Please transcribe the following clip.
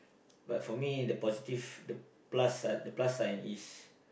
but for me the positive the plus the plus sign is